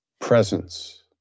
presence